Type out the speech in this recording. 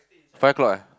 five o-clock eh